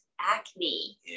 acne